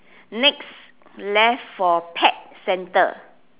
next left for pet centre